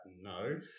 No